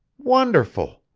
wonderful!